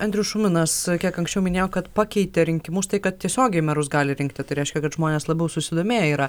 andrius šuminas kiek anksčiau minėjo kad pakeitė rinkimus tai kad tiesiogiai merus gali rinkti tai reiškia kad žmonės labiau susidomėję yra